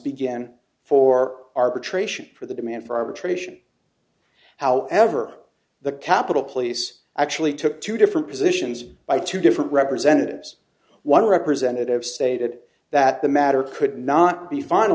begin for arbitration for the demand for arbitration however the capitol police actually took two different positions by two different representatives one representative stated that the matter could not be fin